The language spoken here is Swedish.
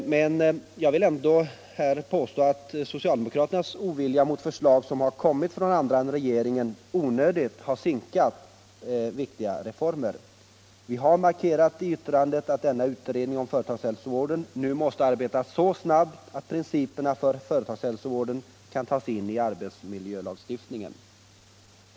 Jag vill ändå påstå att socialdemokraternas ovilja mot förslag från andra än regeringen har onödigt sinkat viktiga reformer. Vi har markerat i yttrandet att denna utredning om företagshälsovården nu måste arbeta så snabbt att principerna för företagshälsovården kan tas in i arbetsmiljölagstiftningen.